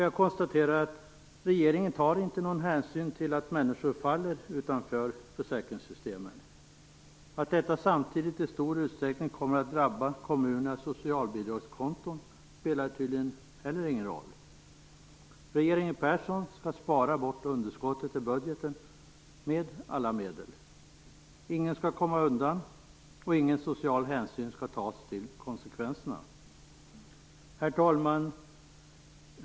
Jag konstaterar att regeringen inte tar någon hänsyn till att människor faller utanför försäkringssystemen. Att detta samtidigt i stor utsträckning kommer att drabba kommunernas socialbidragskonton spelar tydligen heller ingen roll. Regeringen Persson skall spara bort underskottet i budgeten med alla medel. Ingen skall komma undan, och ingen social hänsyn skall tas till konsekvenserna. Herr talman!